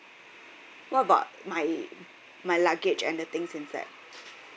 what about my my luggage and the things inside